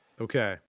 Okay